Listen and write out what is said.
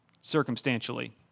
circumstantially